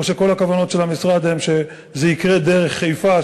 או שכל הכוונות של המשרד הן שזה יקרה דרך חיפה,